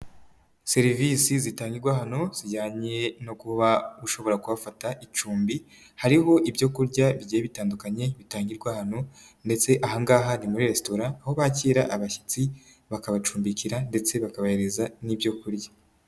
Serivisi zitangirwa hano zijyanye no kuba ushobora kuhafata icumbi. Hariho ibyo kurya bigiye bitandukanye bitangirwa hano, ndetse ahangaha ni muri resitora aho bakira abashyitsi, bakabacumbikira ndetse bakabahereza n'ibyo kurya.